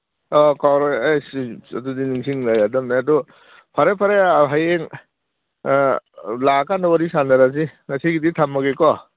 ꯑ ꯀꯥꯎꯔꯣꯏ ꯑꯁ ꯑꯗꯨꯗꯤ ꯅꯤꯡꯁꯤꯡ ꯂꯩꯔꯗꯝꯅꯦ ꯑꯗꯨ ꯐꯔꯦ ꯐꯔꯦ ꯍꯌꯦꯡ ꯂꯥꯛꯑꯀꯥꯟꯗ ꯋꯥꯔꯤ ꯁꯥꯟꯅꯔꯁꯤ ꯉꯁꯤꯒꯤꯗꯤ ꯊꯝꯃꯒꯦꯀꯣ